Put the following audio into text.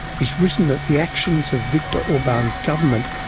he has written that the actions of viktor orban's government,